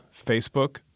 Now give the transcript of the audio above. Facebook